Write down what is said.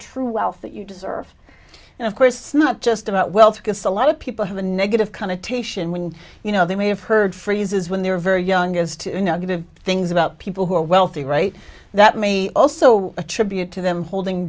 true wealth that you deserve and of course not just about wealth because a lot of people have a negative connotation when you know they may have heard phrases when they're very young is too negative things about people who are wealthy right that may also attribute to them holding